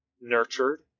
nurtured